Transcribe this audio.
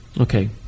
Okay